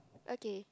okay